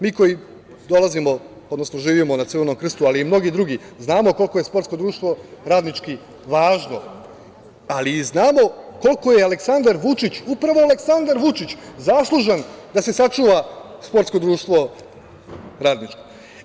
Mi koji dolazimo, odnosno živimo na Crvenom Krstu, ali i mnogi drugi znamo koliko je Sportsko društvo „Radnički“ važno ali i znamo koliko je Aleksandar Vučić, upravo Aleksandar Vučić zaslužan da se sačuva Sportsko društvo „Radnički“